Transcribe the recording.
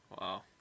Wow